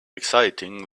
exciting